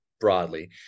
broadly